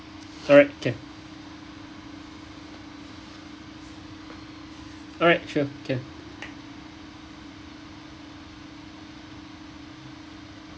alright can alright sure can